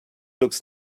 looks